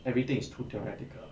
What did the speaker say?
everything is too theoretical